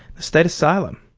state asylum.